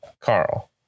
Carl